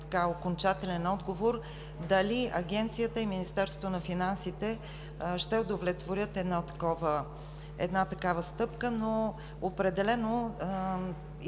окончателен отговор дали Агенцията и Министерството на финансите ще удовлетворят една такава стъпка. Но определено